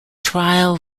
trial